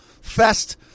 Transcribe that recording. Fest